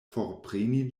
forpreni